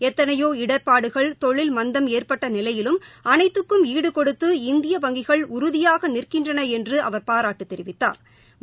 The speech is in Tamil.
எத்தனையோ இடர்பாடுகள் தொழில் மந்தம் ஏற்பட்டநிலையிலும் அனைத்துக்கும் ஈடுகொடுத்து இந்திய வங்கிகளஉறுதியாகநிற்கின்றனஎன்றுஅவர் பாராட்டுதெரிவித்தாா்